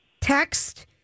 text